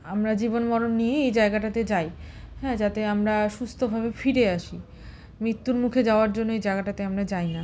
আমরা জীবন মরণ নিয়েই এই জায়গাটাতে যায় হ্যাঁ যাতে আমরা সুস্থতভাবে ফিরে আসি মৃত্যুর মুখে যাওয়ার জন্য এই জাগাটাতে আমরা যাই না